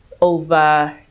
over